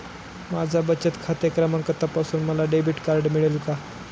माझा बचत खाते क्रमांक तपासून मला डेबिट कार्ड मिळेल का?